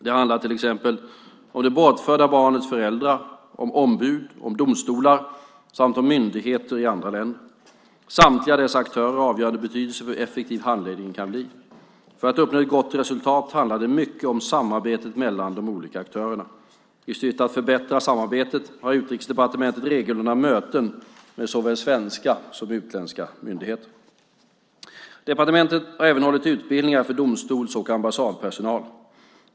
Det handlar till exempel om det bortförda barnets föräldrar, ombud, domstolar samt myndigheter i andra länder. Samtliga dessa aktörer har avgörande betydelse för hur effektiv handläggningen kan bli. För att uppnå ett gott resultat handlar det mycket om samarbetet mellan de olika aktörerna. I syfte att förbättra samarbetet har Utrikesdepartementet regelbundna möten med såväl svenska som utländska myndigheter. Departementet har även hållit utbildningar för domstols och ambassadpersonal.